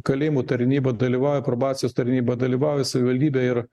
kalėjimų tarnyba dalyvauja probacijos tarnyba dalyvauja savivaldybė ir